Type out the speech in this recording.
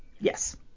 Yes